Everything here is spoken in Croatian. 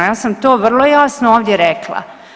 Ja sam to vrlo jasno ovdje rekla.